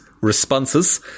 responses